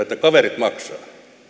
että kaverit maksavat